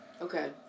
Okay